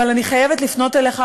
אבל אני חייבת לפנות אליך,